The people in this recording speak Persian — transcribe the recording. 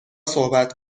صحبت